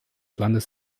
landes